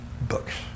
books